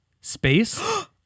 space